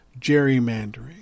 gerrymandering